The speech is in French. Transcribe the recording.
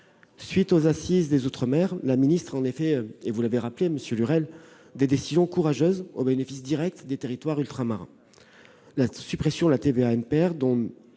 suite des assises des outre-mer, la ministre des outre-mer a en effet pris, monsieur Lurel, des décisions courageuses au bénéfice direct des territoires ultramarins : la suppression de la TVA-NPR,